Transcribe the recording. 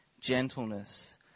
gentleness